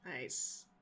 Nice